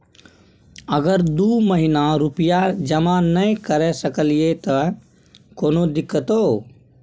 अगर दू महीना रुपिया जमा नय करे सकलियै त कोनो दिक्कतों?